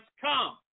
come